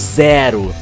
zero